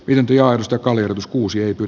vientiaarstä kaljan xkuusihypyt